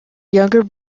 younger